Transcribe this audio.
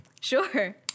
Sure